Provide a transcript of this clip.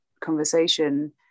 conversation